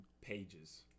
pages